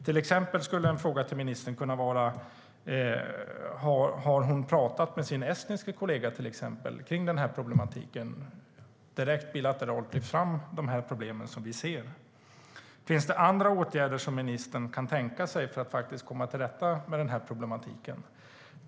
Till exempel skulle en fråga till ministern kunna vara: Har hon talat med sin estniske kollega, bilateralt, om de problem som vi ser finns? Finns det andra åtgärder ministern kan tänka sig att vidta för att komma till rätta med problematiken?